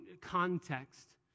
context